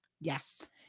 Yes